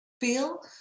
feel